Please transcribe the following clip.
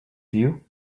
you